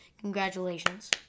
Congratulations